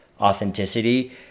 authenticity